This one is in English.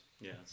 Yes